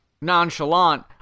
nonchalant